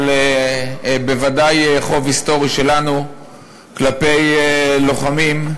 אבל בוודאי חוב היסטורי שלנו כלפי לוחמים,